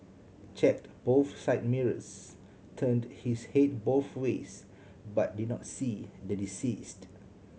checked both side mirrors turned his head both ways but did not see the deceased